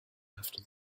after